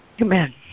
Amen